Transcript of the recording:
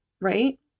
right